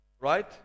right